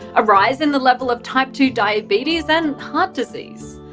a rise in the level of type two diabetes and heart disease.